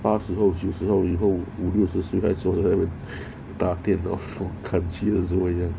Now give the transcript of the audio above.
八十后九十后以后五六十岁孩子还会打电脑 我感觉的是会这样